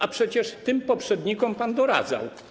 A przecież tym poprzednikom pan doradzał.